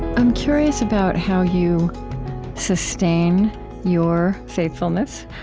i'm curious about how you sustain your faithfulness.